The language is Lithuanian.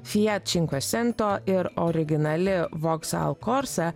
fiat činko sento ir originali voksal korsa